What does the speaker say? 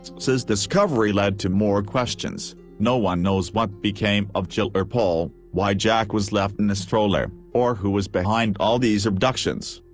cece's discovery led to more questions no one knows what became of jill or paul, why jack was left in a stroller, or who was behind all these abductions.